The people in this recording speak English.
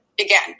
again